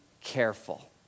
careful